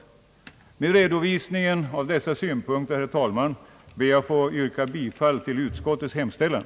Med redovisningen av dessa synpunkter, herr talman, ber jag att få yrka bifall till utskottets hemställan.